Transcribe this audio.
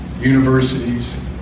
universities